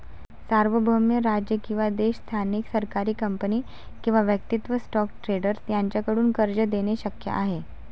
सार्वभौम राज्य किंवा देश स्थानिक सरकारी कंपनी किंवा वैयक्तिक स्टॉक ट्रेडर यांच्याकडून कर्ज देणे शक्य आहे